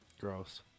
Gross